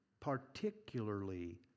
particularly